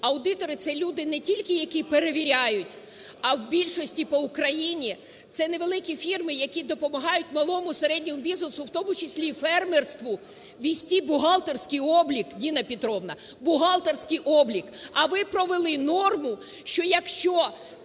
Аудитори – це люди не тільки, які перевіряють, а в більшості по Україні це невеликі фірми, які допомагають малому і середньому бізнесу, в тому числі і фермерству, вести бухгалтерський облік, Ніна Петрівна, бухгалтерський облік, а ви провели норму, що якщо